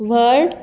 व्हड